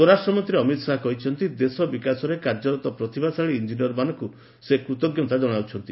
ସ୍ୱରାଷ୍ଟ୍ରମନ୍ତ୍ରୀ ଅମିତ ଶାହା କହିଛନ୍ତି ଦେଶ ବିକାଶରେ କାର୍ଯ୍ୟରତ ପ୍ରତିଭାଶାଳୀ ଇଞ୍ଜିନିୟରମାନଙ୍କୁ ସେ କୃତଜ୍ଞତା ଜଣାଉଛନ୍ତି